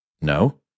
No